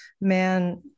man